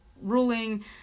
ruling